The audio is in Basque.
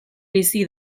bizi